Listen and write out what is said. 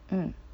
mm